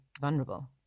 vulnerable